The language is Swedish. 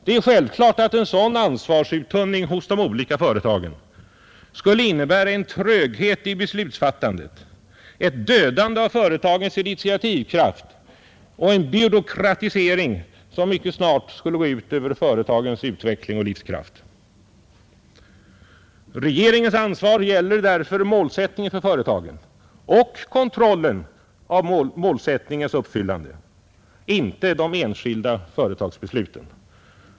Det är självklart att en sådan ansvarsuttunning hos de olika företagen skulle innebära en tröghet i beslutsfattandet, ett dödande av företagens initiativkraft och en byråkratisering som mycket snart skulle gå ut över företagens utveckling och livskraft. Regeringens ansvar gäller därför 17 målsättningen för företagen och kontrollen av målsättningens uppfyllande, inte de enskilda företagsbesluten.